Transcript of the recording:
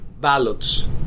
ballots